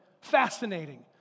Fascinating